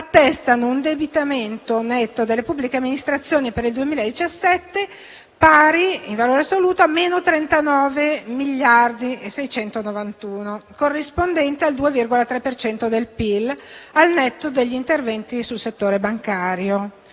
attestano un indebitamento netto delle pubbliche amministrazioni per il 2017 pari, in valore assoluto, a -39,691 miliardi di euro, corrispondente al 2,3 per cento del PIL, al netto degli interventi sul settore bancario.